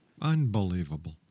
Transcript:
Unbelievable